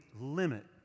limit